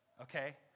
okay